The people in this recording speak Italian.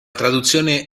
traduzione